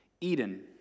Eden